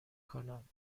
کنم